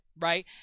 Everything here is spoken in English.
right